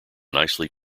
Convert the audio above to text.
nicely